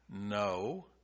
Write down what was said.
no